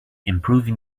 improving